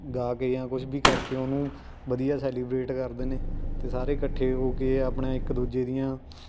ਗਾ ਕੇ ਜਾਂ ਕੁਛ ਵੀ ਕਰਕੇ ਉਹਨੂੰ ਵਧੀਆ ਸੈਲੀਬ੍ਰੇਟ ਕਰਦੇ ਨੇ ਅਤੇ ਸਾਰੇ ਇਕੱਠੇ ਹੋ ਕੇ ਆਪਣਾ ਇੱਕ ਦੂਜੇ ਦੀਆਂ